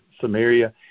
Samaria